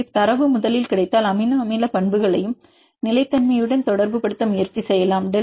எனவே தரவு முதலில் கிடைத்தால் அமினோ அமில பண்புகளை நிலைத்தன்மையுடன் தொடர்புபடுத்த முயற்சி செய்யலாம்